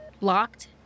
locked